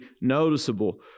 noticeable